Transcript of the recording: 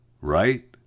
Right